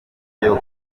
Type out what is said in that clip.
buryo